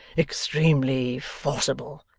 extremely forcible